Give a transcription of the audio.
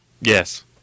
Yes